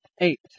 eight